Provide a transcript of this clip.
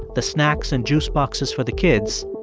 the snacks and juice boxes for the kids,